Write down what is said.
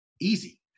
Easy